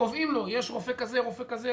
קובעים לו יש רופא כזה, רופא כזה.